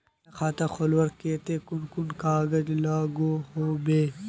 नया खाता खोलवार केते कुन कुन कागज लागोहो होबे?